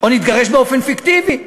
או נתגרש באופן פיקטיבי.